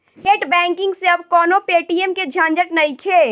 net banking से अब कवनो पेटीएम के झंझट नइखे